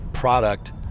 product